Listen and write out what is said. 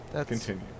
continue